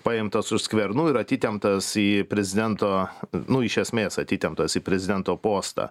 paimtas už skvernų ir atitemptas į prezidento nu iš esmės atitemptas į prezidento postą